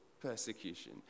persecution